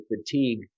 fatigue